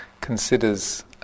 considers